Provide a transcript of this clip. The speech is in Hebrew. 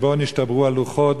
שבו נשתברו הלוחות,